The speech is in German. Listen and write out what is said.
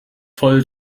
voll